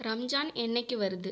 ரம்ஜான் என்றைக்கு வருது